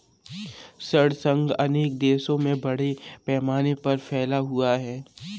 ऋण संघ अनेक देशों में बड़े पैमाने पर फैला हुआ है